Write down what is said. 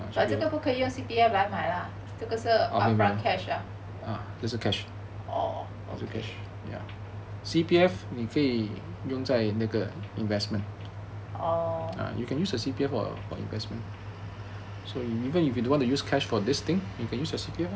but 这个不可以用 C_P_F 来买 lah 这个是 upfront cash lah orh okay